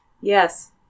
Yes